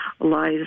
lies